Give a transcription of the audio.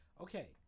Okay